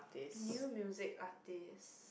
new music artist